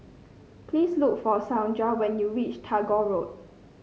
please look for Saundra when you reach Tagore Road